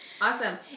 awesome